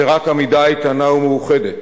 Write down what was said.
שרק עמידה איתנה ומאוחדת